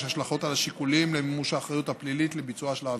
השלכות על השיקולים למימוש האחריות הפלילית לביצועה של העבירה.